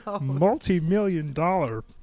multi-million-dollar